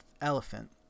elephant